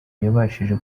yabashije